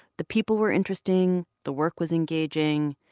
the people were interesting. the work was engaging.